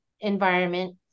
environment